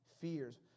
fears